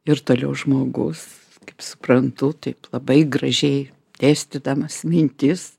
ir toliau žmogus kaip suprantu taip labai gražiai dėstydamas mintis